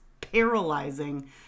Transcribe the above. paralyzing